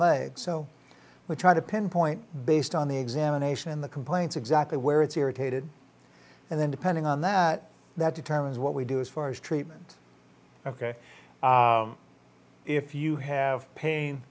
leg so we try to pinpoint based on the examination in the complaints exactly where it's irritated and then depending on that that determines what we do as far as treatment ok if you have